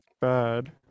bad